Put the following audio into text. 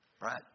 right